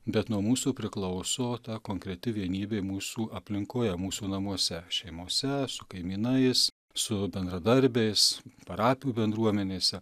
bet nuo mūsų priklauso ta konkreti vienybė mūsų aplinkoje mūsų namuose šeimose su kaimynais su bendradarbiais parapijų bendruomenėse